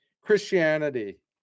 Christianity